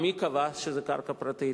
מי קבע שזה קרקע פרטית?